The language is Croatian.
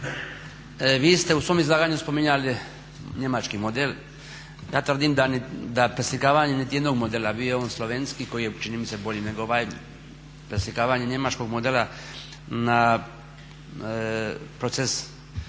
Vi ste u svom izlaganju spominjali njemački model, ja tvrdim da preslikavanje niti jednog modela, bio on slovenski koji je čini mi se bolji nego ovaj. Ovo preslikavanje njemačkog modela na proces